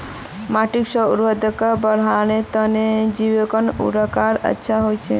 माटीर स्व उर्वरता बढ़वार तने जैविक उर्वरक अच्छा होचे